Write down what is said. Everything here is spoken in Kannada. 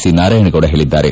ಸಿ ನಾರಾಯಣಗೌಡ ಹೇಳದ್ದಾರೆ